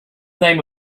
name